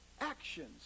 actions